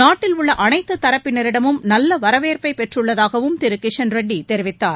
நாட்டிலுள்ள அனைத்து தரப்பினரிடமும் நல்ல வரவேற்பை பெற்றுள்ளதாகவும் திரு கிஷன் ரெட்டி தெரிவித்தார்